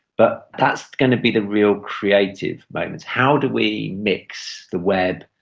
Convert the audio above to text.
but that's going to be the real creative moment how do we mix the web,